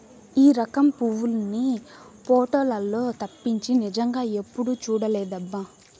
ఈ రకం పువ్వుల్ని పోటోలల్లో తప్పించి నిజంగా ఎప్పుడూ చూడలేదబ్బా